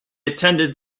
attended